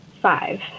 Five